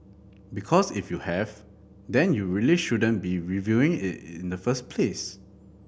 because if you have then you really shouldn't be reviewing it in the first place